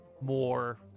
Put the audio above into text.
more